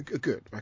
Good